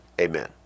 amen